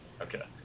Okay